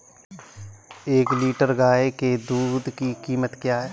एक लीटर गाय के दूध की कीमत क्या है?